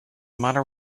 matter